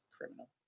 criminal